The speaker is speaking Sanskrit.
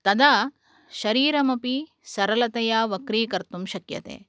तदा शरीरमपि सरलतया वक्रीकर्तुं शक्यते